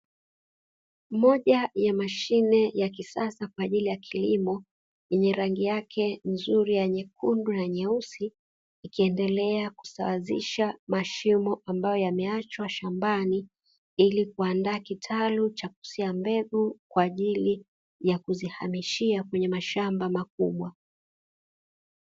Moja ya mashine ya kisasa kwa ajili ya kilimo yenye rangi yake nzuri ya nyekundu na nyeusi, ikiendelea kusawazisha mashimo ambayo yameachwa shambani ili kuandaa kitalu cha kusia mbegu, kwa ajili ya kuzihamishia kwenye mashamba makubwa.